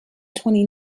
twenty